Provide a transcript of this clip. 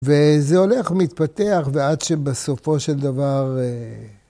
וזה הולך, מתפתח, ועד שבסופו של דבר...